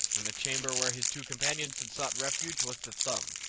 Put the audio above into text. and the chamber where his two companions had sought refuge was the thumb.